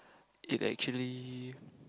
if actually